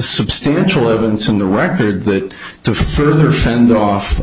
substantial evidence in the record that to further fend off